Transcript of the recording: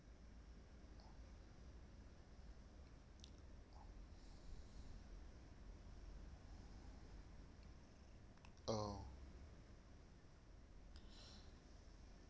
oh